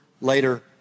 later